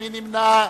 מי נמנע?